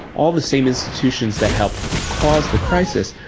all the same institutions that helped cause the crisis,